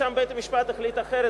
ששם בית-המשפט החליט אחרת,